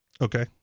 Okay